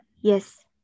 yes